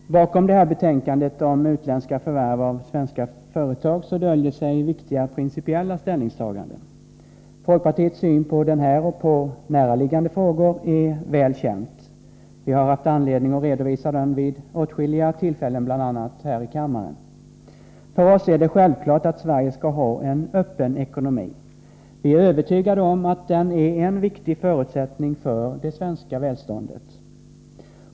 Herr talman! Bakom det här betänkandet om utländska förvärv av svenska företag döljer sig viktiga principiella ställningstaganden. Folkpartiets syn på den här och på näraliggande frågor är väl känd. Vi har haft anledning att redovisa den vid åtskilliga tillfällen, bl.a. här i kammaren. För oss är det självklart att Sverige skall ha en öppen ekonomi. Vi är övertygade om att det är en viktig förutsättning för det svenska välståndet.